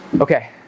Okay